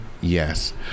Yes